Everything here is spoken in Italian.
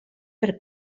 per